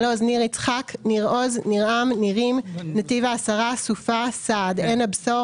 עוז ניר יצחק ניר עוז ניר עם נירים נתיב העשרה סופה סעד עין הבשור